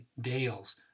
dales